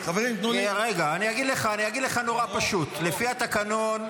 אני אגיד לך נורא פשוט: לפי התקנון,